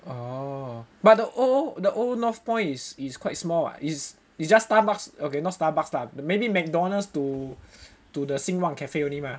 oh but the old the old North Point is is quite small [what] it's just Starbucks okay not Starbucks lah maybe McDonald's to to the Xin Wang Cafe only mah